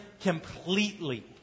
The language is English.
completely